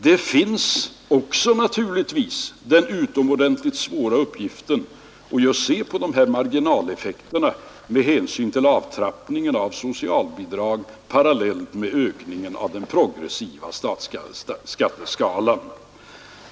Det finns också naturligtvis den utomordentligt svåra uppgiften att se över marginaleffekterna med hänsyn till avtrappningen av sociala bidrag parallellt med ökningen av den progressiva statsskatten.